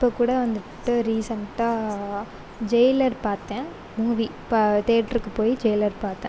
இப்போ கூட வந்துவிட்டு ரீசண்டாக ஜெயிலர் பார்த்தன் மூவி இப்போ தியேட்டருக்கு போய் ஜெயிலர் பார்த்தன்